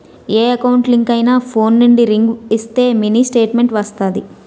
ఏ account link అయినా phone నుండి ring ఇస్తే మినీ స్టేట్మెంట్ వస్తాది